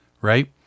right